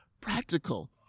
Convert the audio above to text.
practical